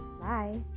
bye